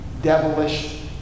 devilish